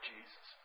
Jesus